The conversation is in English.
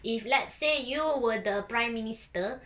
if let's say you were the prime minister